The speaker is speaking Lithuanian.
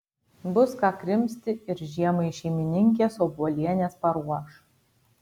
bus ką krimsti ir žiemai šeimininkės obuolienės paruoš